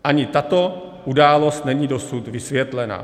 Ani tato událost není dosud vysvětlena.